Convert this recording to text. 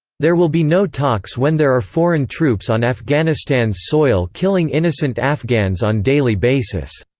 there will be no talks when there are foreign troops on afghanistan's soil killing innocent afghans on daily basis.